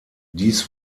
dies